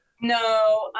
No